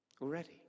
already